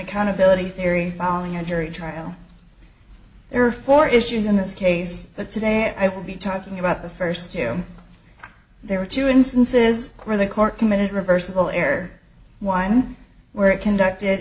accountability theory following a jury trial there are four issues in this case but today i will be talking about the first year there were two instances where the court committed reversible error wine where it conducted